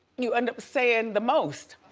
you end up saying the most.